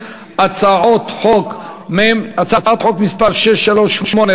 הצעת חוק מס' מ/638.